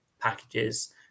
packages